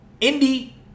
Indy